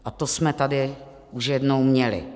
A to jsme tady už jednou měli.